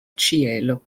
ĉielo